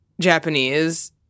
Japanese